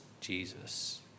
Jesus